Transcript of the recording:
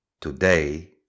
today